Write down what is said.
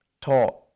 taught